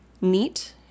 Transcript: neat